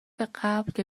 قبل، که